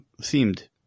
seemed